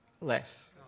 Less